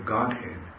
Godhead